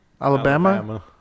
Alabama